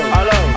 Hello